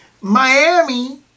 Miami